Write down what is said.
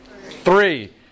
three